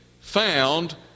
found